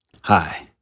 Hi